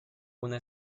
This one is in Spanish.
una